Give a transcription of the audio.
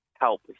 help